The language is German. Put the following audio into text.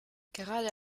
gerade